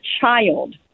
child